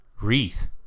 wreath